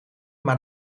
maar